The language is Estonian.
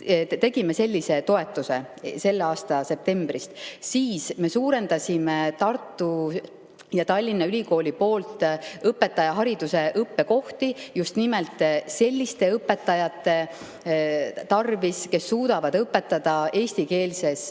Tegime sellise toetuse selle [õppe]aasta septembris. Me suurendasime Tartu Ülikooli ja Tallinna Ülikooli õpetajahariduse õppekohti just nimelt selliste õpetajate tarvis, kes suudavad õpetada eestikeelses